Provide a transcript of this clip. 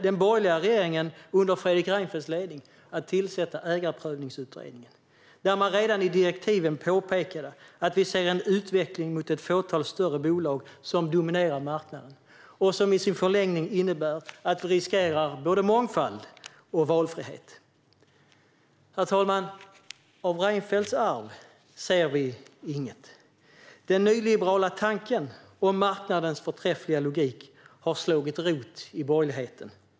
Den borgerliga regeringen under Fredrik Reinfeldts ledning valde då att tillsätta Ägarprövningsutredningen och påpekade redan i direktiven att vi ser en utveckling mot ett fåtal större bolag som dominerar marknaden, vilket i förlängningen innebär att vi riskerar både mångfald och valfrihet. Herr talman! Av Reinfeldts arv ser vi inget. Den nyliberala tanken om marknadens förträffliga logik har slagit rot i borgerligheten.